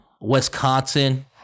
Wisconsin